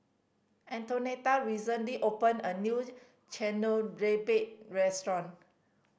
Antonetta recently opened a new restaurant